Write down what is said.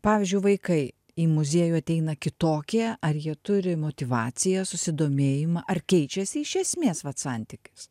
pavyzdžiui vaikai į muziejų ateina kitokie ar jie turi motyvaciją susidomėjimą ar keičiasi iš esmės vat santykis